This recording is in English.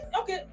okay